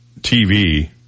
TV